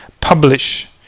publish